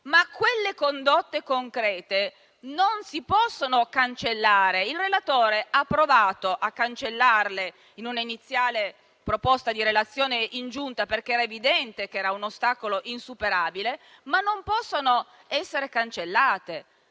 Quelle condotte concrete, però, non si possono cancellare. Il relatore ha provato a cancellarle, in una iniziale proposta di relazione in Giunta, perché era evidente che rappresentavano un ostacolo insuperabile, ma non possono essere cancellate.